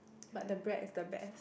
but the bread is the best